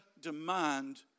demand